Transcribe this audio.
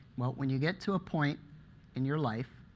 well when you get to a point in your life